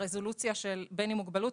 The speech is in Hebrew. לרזולוציה של בן עם מוגבלות,